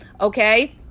okay